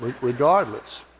regardless